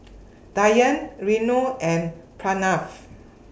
Dhyan Renu and Pranav